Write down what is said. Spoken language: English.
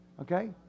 Okay